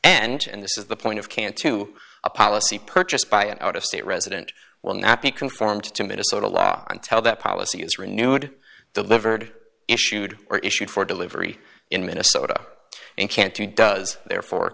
and this is the point of can't to a policy purchased by an out of state resident will not be conformed to minnesota law and tell that policy is renewed delivered issued or issued for delivery in minnesota and can't be does therefore